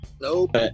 Nope